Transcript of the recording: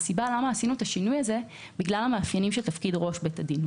הסיבה לשינוי הזה היא בגלל המאפיינים של תפקיד ראש בית הדין.